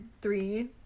three